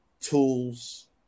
tools